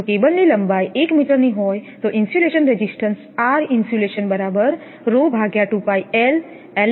જો કેબલની લંબાઈ 1 મીટરની હોય તો ઇન્સ્યુલેશન રેઝિસ્ટન્સ છે